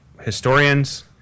historians